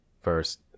first